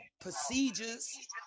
procedures